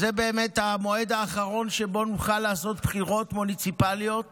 שהוא באמת המועד האחרון שבו נוכל לעשות בחירות מוניציפליות